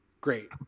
great